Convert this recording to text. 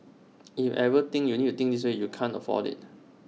if everything you need to think this way you cannot afford IT